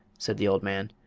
said the old man.